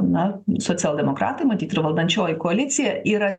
na socialdemokratai matyt ir valdančioji koalicija yra